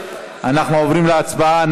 אנחנו עוברים להצבעה.